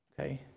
Okay